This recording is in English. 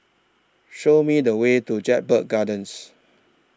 Show Me The Way to Jedburgh Gardens